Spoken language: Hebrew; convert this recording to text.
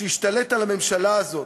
שהשתלט על הממשלה הזאת,